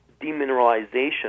demineralization